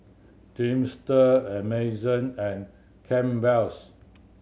Dreamster Amazon and Campbell's